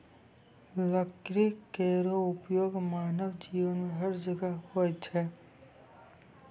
लकड़ी केरो उपयोग मानव जीवन में हर जगह होय छै